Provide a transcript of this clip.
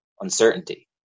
uncertainty